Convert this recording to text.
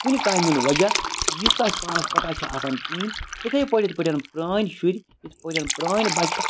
کُنہِ کامہِ ہُنٛد وجہ یُس تہِ اَسہِ پانَس پَتہ چھُ آسان کِہیٖنۍ تِتھَے پٲٹھۍ یِتھ پٲٹھۍ پرٛٲنۍ شُرۍ یِتھ پٲٹھۍ پرٛٲنۍ بَچہِ